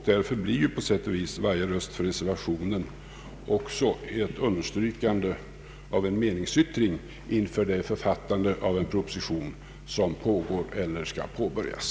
Därför blir ju på sätt och vis varje röst för reservationen också ett understrykande av en meningsyttring inför det författande av en proposition som pågår eller skall påbörjas.